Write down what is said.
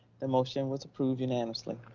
the motion was approved unanimously.